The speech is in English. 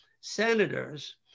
senators